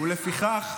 לפיכך,